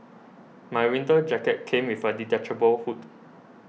my winter jacket came with a detachable hood